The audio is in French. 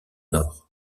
nord